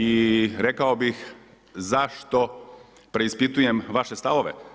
I rekao bih zašto preispitujem vaše stavove.